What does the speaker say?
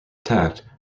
attacked